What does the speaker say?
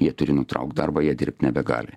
jie turi nutraukt darbą jie dirbt nebegali